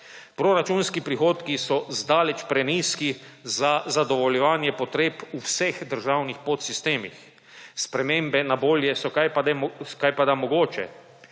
Proračunski prihodki so zdaleč prenizki za zadovoljevanje potreb v vseh državnih podsistemih. Spremembe na bolje so kajpada mogoče,